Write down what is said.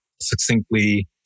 succinctly